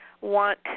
want